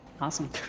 Awesome